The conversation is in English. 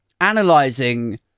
analyzing